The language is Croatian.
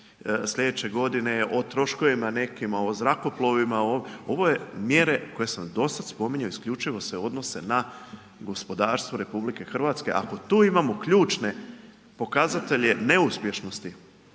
sljedeće godine, o troškovima nekim, o zrakoplovima, ovo je mjere koje sam dosad spominjao isključivo se odnose na gospodarstvo RH, ako tu imamo ključne pokazatelje neuspješnosti,